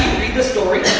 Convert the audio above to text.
read the story?